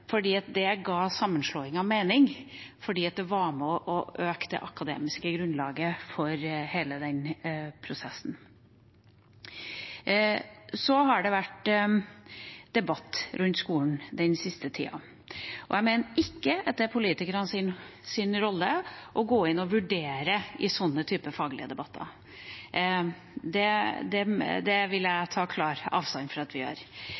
Det ga sammenslåingen mening fordi det var med på å øke det akademiske grunnlaget for hele den prosessen. Det har vært debatt rundt skolen den siste tida. Jeg mener ikke at det er politikernes rolle å gå inn og vurdere i slike faglige debatter. Jeg vil ta klar avstand fra at vi